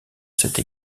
cette